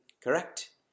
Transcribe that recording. correct